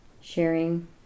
sharing